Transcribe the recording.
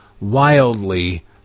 wildly